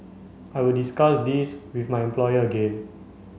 I will discuss this with my employer again